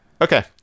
Okay